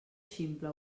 ximple